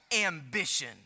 ambition